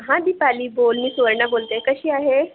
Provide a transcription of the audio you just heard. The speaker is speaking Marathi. हा दीपाली बोल मी सुवर्णा बोलते आहे कशी आहे